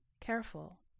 Careful